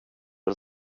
det